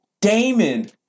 Damon